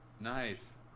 Nice